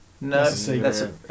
No